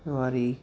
वारी